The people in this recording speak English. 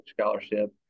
scholarship